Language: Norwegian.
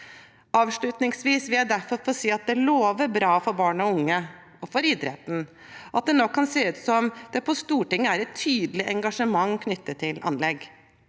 Avslutningsvis vil jeg derfor få si at det lover bra for barn og unge og for idretten at det nå kan se ut som det på Stortinget er et tydelig engasjement knyttet til anlegg.